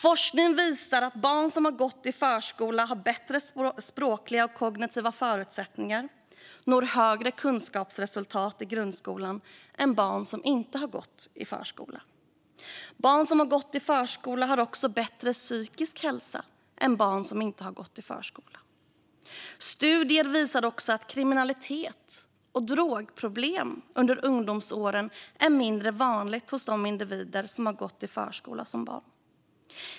Forskning visar att barn som gått i förskola har bättre språkliga och kognitiva förutsättningar och når högre kunskapsresultat i grundskolan än barn som inte gått i förskola. Barn som gått i förskola har också bättre psykisk hälsa än barn som inte gått i förskola. Studier visar även att kriminalitet och drogproblem under ungdomsåren är mindre vanliga hos de individer som gått i förskola som barn.